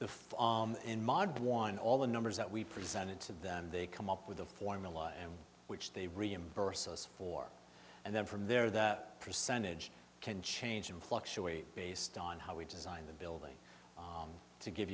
before in modern one all the numbers that we presented to them they come up with a formula and which they reimburse us for and then from there the percentage can change and fluctuate based on how we design the building to give